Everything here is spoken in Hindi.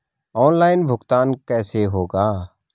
ऑनलाइन भुगतान कैसे होगा?